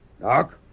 Doc